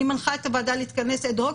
אני מנחה את הוועדה להתכנס אד הוק